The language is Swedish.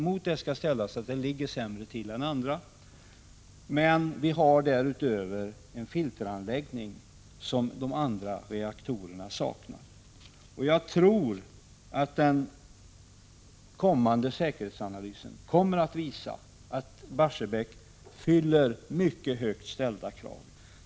Mot detta skall ställas att det ligger sämre till än andra. Men i Barsebäck har men dessutom en filteranläggning som de andra kärnkraftverkens reaktorer saknar. Jag tror att den säkerhetsanalys som skall göras kommer att visa att Barsebäck fyller mycket högt ställda krav.